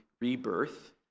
rebirth